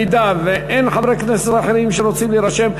אם אין חברי כנסת אחרים שרוצים להירשם,